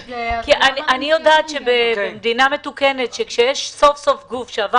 אני יודעת שבמדינה מתוקנת כשיש סוף-סוף גוף שעבר